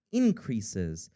increases